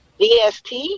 DST